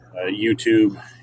youtube